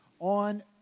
on